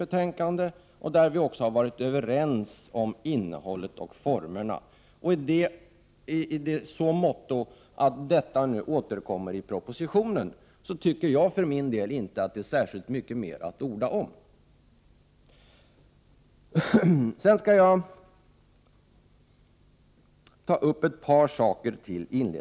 Vi har också varit överens om innehållet och formerna. Eftersom detta även återfinns i propositionen tycker jag för min del inte att det är särskilt mycket mer att orda om. Jag vill inledningsvis ta upp ett par saker till.